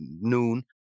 noon